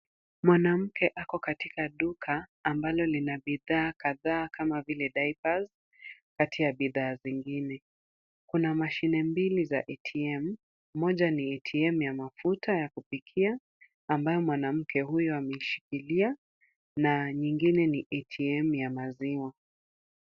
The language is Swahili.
Mwanamke ako katika duka ambalo lina bidhaa kadhaa kama vile diapers kati ya bidhaa zingine. Kuna mashine mbili za ATM, moja ni ATM ya mafuta ya kupikia ambayo mwanamke huyu ameshikilia na nyingine ni ATM ya maziwa.